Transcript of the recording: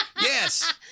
Yes